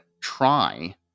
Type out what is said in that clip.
try